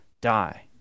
die